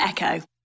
Echo